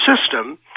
system